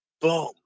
boom